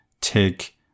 take